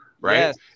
right